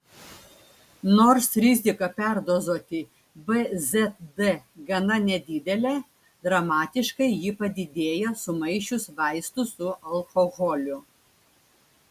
nors rizika perdozuoti bzd gana nedidelė dramatiškai ji padidėja sumaišius vaistus su alkoholiu